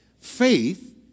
faith